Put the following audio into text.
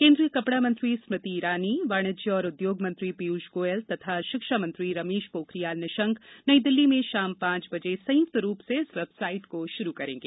केन्द्रीय कपड़ा मंत्री स्मृति ईरानी वाणिज्य और उद्योग मंत्री पीयूष गोयल तथा शिक्षामंत्री रमेश पोखरियाल निशंक नई दिल्ली में शाम पांच बजे संयुक्त रूप से इस वेबसाइट को शुरू करेंगे